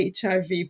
HIV